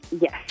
Yes